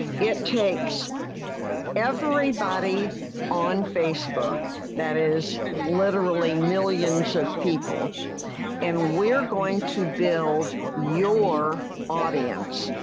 it takes everybody on facebook that is literally millions of people and we're going to build your audience,